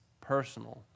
personal